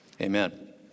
amen